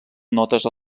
notes